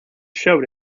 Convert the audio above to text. showed